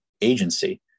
agency